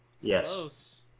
Yes